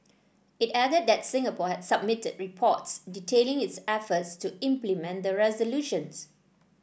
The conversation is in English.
it added that Singapore had submitted reports detailing its efforts to implement the resolutions